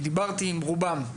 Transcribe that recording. ודיברתי עם רובם,